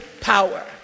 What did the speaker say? power